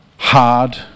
Hard